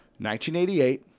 1988